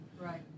Right